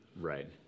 Right